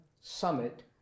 Summit